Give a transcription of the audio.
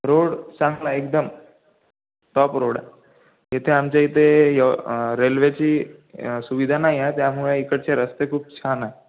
road चांगलाय एकदम top road आहे इथे आमच्या इथे यव रेल्वेची सुविधा नाहीये त्यामुळे इकडचे रस्ते खूप छान आहे